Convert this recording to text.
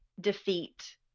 defeat